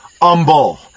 humble